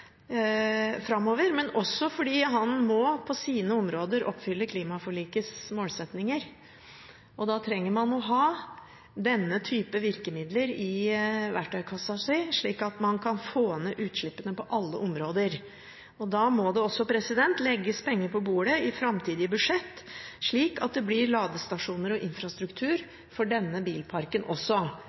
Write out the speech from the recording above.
framover, for han må også på sine områder oppfylle klimaforlikets målsettinger. Da trenger man å ha denne type virkemidler i verktøykassa si, slik at man kan få ned utslippene på alle områder. Da må det også legges penger på bordet i framtidige budsjett, slik at det blir ladestasjoner og infrastruktur for denne bilparken også,